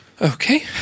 Okay